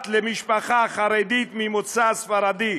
בת למשפחה חרדית ממוצא ספרדי,